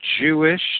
Jewish